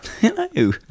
hello